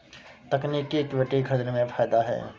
तकनीकी इक्विटी खरीदने में फ़ायदा है